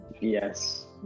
Yes